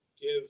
give